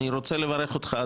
אני רוצה לברך אותך,